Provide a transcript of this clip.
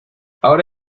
ahora